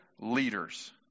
leaders